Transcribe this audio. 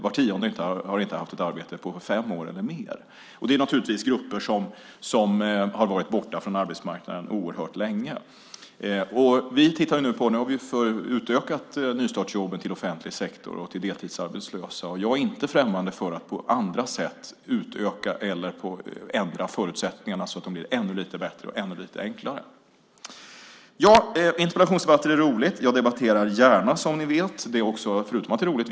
Var tionde har inte haft ett arbete på fem år eller mer. Det är naturligtvis grupper som har varit borta från arbetsmarknaden oerhört länge. Nu har vi utökat nystartsjobben till offentlig sektor och till deltidsarbetslösa. Jag är inte främmande för att på andra sätt utöka eller ändra förutsättningarna så att de blir ännu lite bättre och ännu lite enklare. Interpellationsdebatter är roligt! Jag debatterar gärna, som ni vet. Det är också viktigt, förutom att det är roligt.